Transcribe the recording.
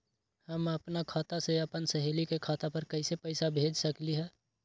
हम अपना खाता से अपन सहेली के खाता पर कइसे पैसा भेज सकली ह?